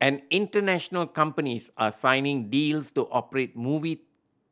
and international companies are signing deals to operate movie